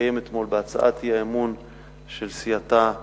שהתקיים אתמול בהצעת האי-אמון של סיעתה